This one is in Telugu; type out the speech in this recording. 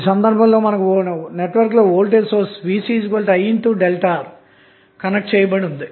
ఈ సందర్భంలో మనకు నెట్వర్క్లో వోల్టేజ్ సోర్స్ VcIΔR కనెక్ట్ చేయబడి ఉంది